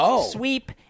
sweep